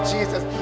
Jesus